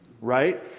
right